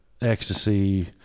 Ecstasy